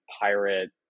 pirate